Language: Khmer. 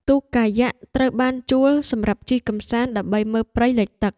ទូកកាយ៉ាក់ ត្រូវបានជួលសម្រាប់ជិះកម្សាន្តដើម្បីមើលព្រៃលិចទឹក។